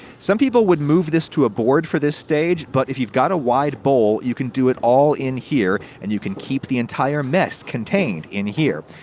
some people would move this to a board for this stage. but if you've got a wide bowl, you can do it all in here, and can keep the entire mess contained in here.